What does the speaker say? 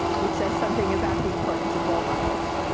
which says something about the importance of role models.